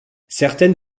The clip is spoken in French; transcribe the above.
certaines